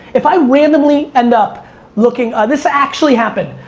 if i randomly end up looking, this actually happened,